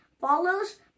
follows